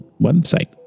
website